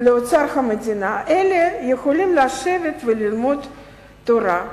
לאוצר המדינה אלא יכולים לשבת וללמוד תורה.